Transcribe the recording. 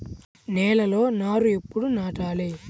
నేలలో నారు ఎప్పుడు నాటాలి?